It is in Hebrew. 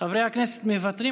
חברי הכנסת מוותרים.